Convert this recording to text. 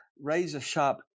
razor-sharp